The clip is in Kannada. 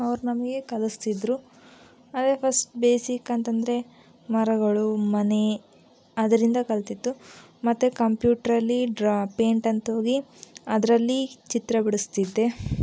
ಅವರು ನಮಗೆ ಕಲ್ಸ್ತಿದ್ರು ಅದೇ ಫರ್ಸ್ಟ್ ಬೇಸಿಕ್ ಅಂತಂದರೆ ಮರಗಳು ಮನೆ ಅದರಿಂದ ಕಲಿತಿದ್ದು ಮತ್ತು ಕಂಪ್ಯೂಟ್ರಲ್ಲಿ ಡ್ರಾ ಪೈಂಟ್ ಅಂತ ಹೋಗಿ ಅದರಲ್ಲಿ ಚಿತ್ರ ಬಿಡಿಸ್ತಿದ್ದೆ